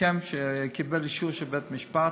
הסכם שקיבל אישור של בית-משפט.